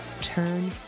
Turn